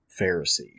Pharisee